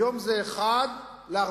היום זה 1 ל-450.